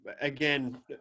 again